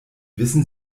wissen